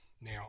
Now